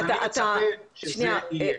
ואני מצפה שזה יהיה.